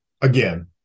again